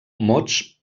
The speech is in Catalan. mots